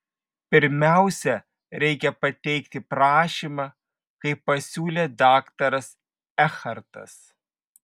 pirmiausia reikia pateikti prašymą kaip pasiūlė daktaras ekhartas